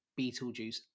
Beetlejuice